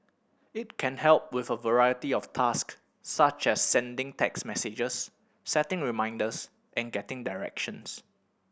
it can help with a variety of task such a sending text messages setting reminders and getting directions